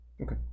Okay